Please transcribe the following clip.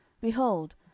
behold